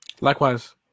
Likewise